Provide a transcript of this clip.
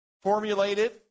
formulated